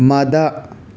ꯃꯥꯗꯥ